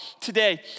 today